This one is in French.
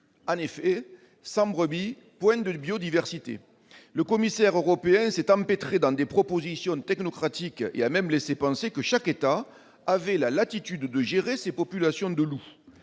En effet, sans brebis, point de biodiversité. Le commissaire européen s'est empêtré dans des propositions technocratiques, et il a même laissé penser que chaque État avait la latitude nécessaire pour gérer ses populations de loups